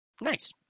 Nice